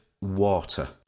water